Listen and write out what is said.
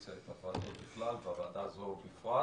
האופוזיציה של הוועדות בכלל ושל הוועדה הזאת בפרט.